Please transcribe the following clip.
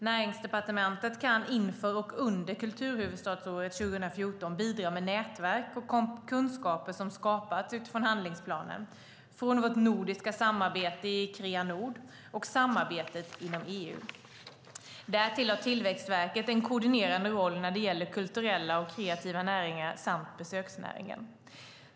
Näringsdepartementet kan inför och under kulturhuvudstadsåret 2014 bidra med nätverk och kunskaper som skapats utifrån handlingsplanen, från vårt nordiska samarbete i Kreanord och samarbetet inom EU. Därtill har Tillväxtverket en koordinerande roll när det gäller kulturella och kreativa näringar samt besöksnäringen.